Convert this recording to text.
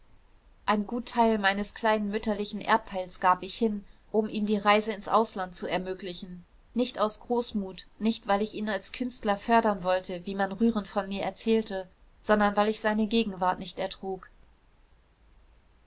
ein gut teil meines kleinen mütterlichen erbteils gab ich hin um ihm die reise ins ausland zu ermöglichen nicht aus großmut nicht weil ich ihn als künstler fördern wollte wie man rührend von mir erzählte sondern weil ich seine gegenwart nicht ertrug